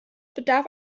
bedarf